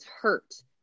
hurt